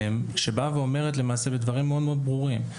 שבאה ואומרת, למעשה, דברים מאוד מאוד ברורים.